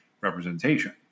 representation